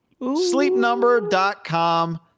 SleepNumber.com